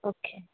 okay